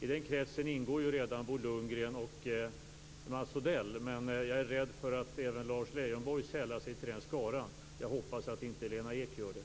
I den kretsen ingår ju redan Bo Lundgren och Mats Odell. Jag är rädd för att även Lars Leijonborg sällar sig till den skaran. Jag hoppas att inte Lena Ek gör det.